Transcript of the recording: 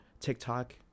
TikTok